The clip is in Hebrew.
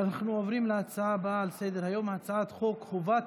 אנחנו עוברים להצעה הבאה על סדר-היום: הצעת חוק חובת